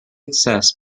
assessed